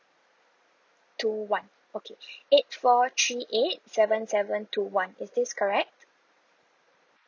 two one okay eight four three eight seven seven two one is this correct